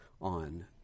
on